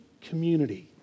community